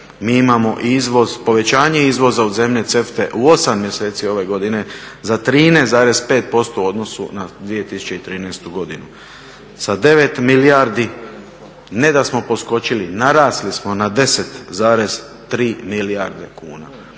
Mi imamo povećanje izvoza u zemlje CEFTA-e u 8 mjeseci ove godine za 13,5% u odnosu na 2013.godinu sa 9 milijardi ne da smo poskočili, narasli smo na 10,3 milijarde kuna.